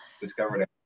discovered